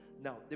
Now